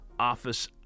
Office